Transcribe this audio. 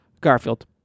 Garfield